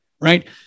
right